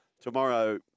tomorrow